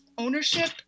Ownership